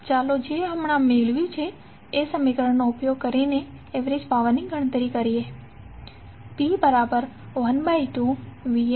ચાલો જે હમણાં જ મેળવ્યું છે એ સમીકરણ નો ઉપયોગ કરીને એવરેજ પાવરની ગણતરી કરીએ